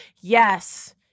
Yes